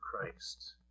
Christ